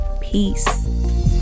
Peace